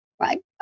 Right